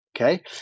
Okay